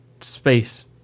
space